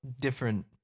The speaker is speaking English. different